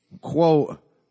quote